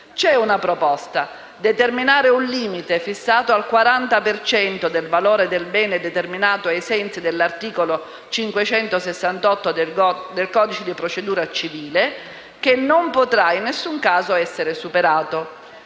C'è una proposta: determinare un limite, fissato al 40 per cento del valore del bene determinato ai sensi dell'articolo 568 del codice di procedura civile, che non potrà in nessun caso essere superato.